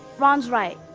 ron's right,